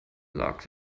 lag